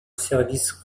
services